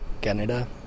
Canada